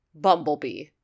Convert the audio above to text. bumblebee